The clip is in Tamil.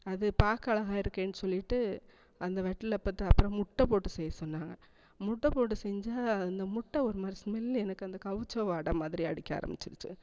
அது பார்க்க அழகா இருக்கேன்னு சொல்லிகிட்டு அந்த வட்டலப்பத்தை அப்புறம் முட்டை போட்டு செய்ய சொன்னாங்க முட்டை போட்டு செஞ்சால் அந்த முட்டை ஒருமாதிரி ஸ்மெல்லு எனக்கு அந்த கவிச்ச வாடை மாதிரி அடிக்க ஆரம்பிச்சிருச்சு